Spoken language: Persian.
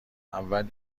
اول